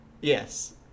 Yes